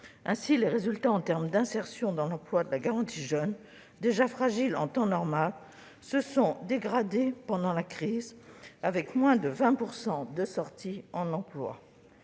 Ainsi, les résultats en termes d'insertion dans l'emploi de la garantie jeunes, déjà fragiles en temps normal, se sont dégradés pendant la crise avec moins de 20 % d'entrées dans l'emploi.